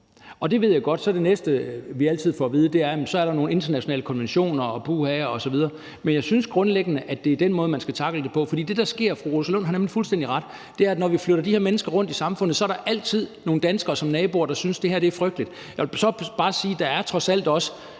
Jeg ved godt, at vi så altid får at vide, er, at der er nogle internationale konventioner osv., men jeg synes grundlæggende, at det er den måde, man skal tackle det på. For fru Rosa Lund har nemlig fuldstændig ret i, at det, der sker, er, at når vi flytter de her mennesker rundt i samfundet, er der altid nogle danskere som naboer, som synes, at det er frygteligt. Jeg vil så også bare sige, at der trods alt også